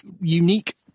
unique